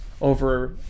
over